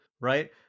right